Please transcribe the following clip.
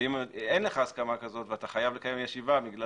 ואם אין לך הסכמה כזאת ואתה חייב לקיים ישיבה בגלל